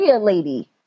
lady